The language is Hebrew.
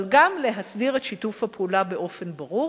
אבל גם להסדיר את שיתוף הפעולה באופן ברור.